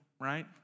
right